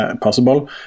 possible